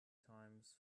times